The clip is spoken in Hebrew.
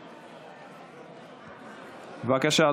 בבקשה,